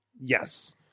Yes